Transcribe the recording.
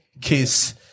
Kiss